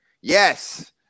Yes